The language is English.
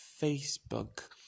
Facebook